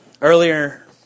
earlier